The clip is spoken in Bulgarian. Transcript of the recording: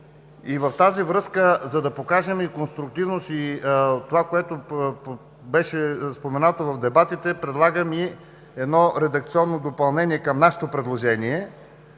в тази връзка, за да покажем и конструктивност, и това, което беше споменато в дебатите, предлагам и едно редакционно допълнение към нашето предложение,